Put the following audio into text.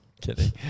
kidding